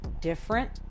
different